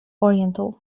oriental